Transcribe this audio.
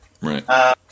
Right